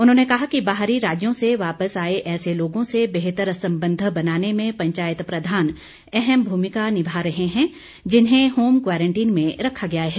उन्होंने कहा कि बाहरी राज्यों से वापस आए ऐसे लोगों से बेहतर संबंध बनाने में पंचायत प्रधान अहम भूमिका निभा रहे हैं जिन्हें होम क्वारंटीन में रखा गया है